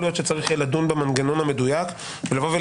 להיות שצריך לדון במנגנון המדויק ולומר: